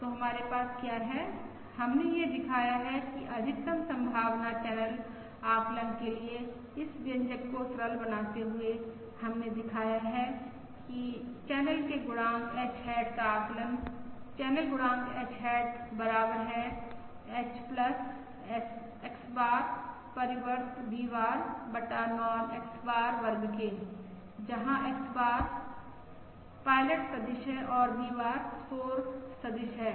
तो हमारे पास क्या है हमने यह दिखाया है कि अधिकतम संभावना चैनल आकलन के लिए इस व्यंजक को सरल बनाते हुए हमने दिखाया है कि चैनल के गुणांक H हैट का आकलन चैनल गुणांक H हैट बराबर है H X बार परिवर्त V बार बटा नॉर्म X बार वर्ग के जहां X बार पायलट सदिश है और V बार शोर सदिश है